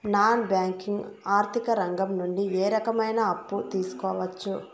Non banking ఆర్థిక రంగం నుండి ఏ రకమైన అప్పు తీసుకోవచ్చు?